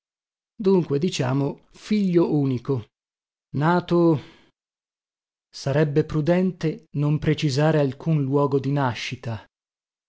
dunque dunque diciamo figlio unico nato sarebbe prudente non precisare alcun luogo di nascita